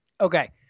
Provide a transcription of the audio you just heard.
Okay